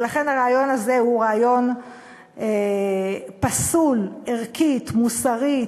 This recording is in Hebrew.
ולכן הרעיון הזה הוא רעיון פסול ערכית, מוסרית,